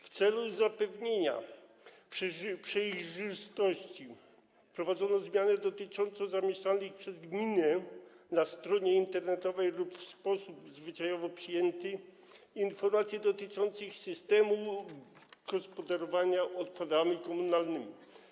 W celu zapewnienia przejrzystości wprowadzono zmianę dotyczącą zamieszczanych przez gminę na stronie internetowej lub w sposób zwyczajowo przyjęty informacji dotyczących systemu gospodarowania odpadami komunalnymi.